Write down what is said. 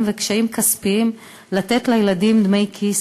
וקשיים כספיים לתת לילדים דמי כיס,